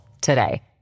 today